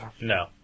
No